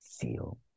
feel